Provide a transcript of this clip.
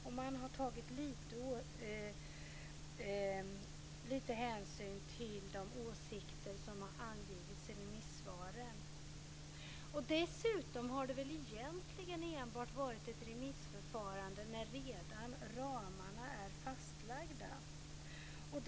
Och man har tagit lite hänsyn till de åsikter som har angetts i remissvaren. Dessutom har det väl egentligen enbart varit ett remissförfarande när ramarna redan har varit fastlagda?